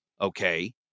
Okay